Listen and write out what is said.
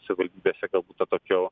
savivaldybėse galbūt atokiau